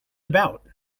about